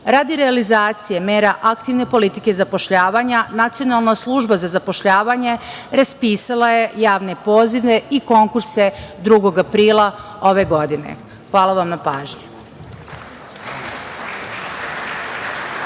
lica. Radi realizacije mera aktivne politike zapošljavanja Nacionalna služba za zapošljavanje raspisala je javne pozive i konkurse 2. aprila ove godine. Hvala vam na pažnji.